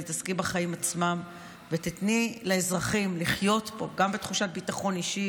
תתעסקי בחיים עצמם ותני לאזרחים לחיות פה גם בתחושת ביטחון אישי,